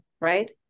right